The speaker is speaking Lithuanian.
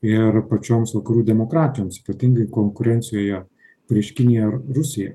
ir pačioms vakarų demokratijoms ypatingai konkurencijoje prieš kiniją ar rusiją